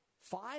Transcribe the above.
Five